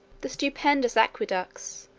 the stupendous aqueducts,